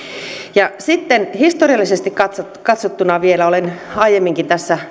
sitten historiallisesti katsottuna katsottuna vielä olen aiemminkin